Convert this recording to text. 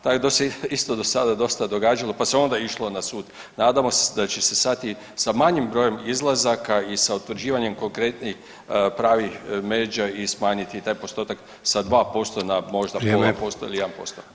Tako da se isto do sada dosta događalo, pa se onda išlo na sud, nadamo se da će sad i sa manjim brojem izlazaka i sa utvrđivanjem konkretnih pravih međa i smanjiti taj postotak sa 2% na možda [[Upadica: Vrijeme.]] 0,5% ili 1%